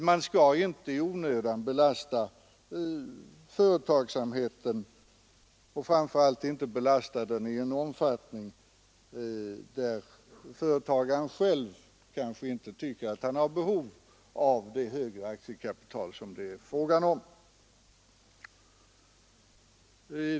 Man skall inte i onödan belasta företagsamheten — och framför allt inte belasta den i en sådan omfattning att företagaren själv kanske tycker att han inte har behov av det högre aktiekapital som det är fråga om.